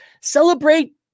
Celebrate